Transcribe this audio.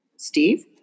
steve